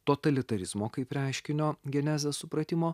totalitarizmo kaip reiškinio genezės supratimo